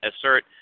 assert